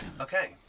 Okay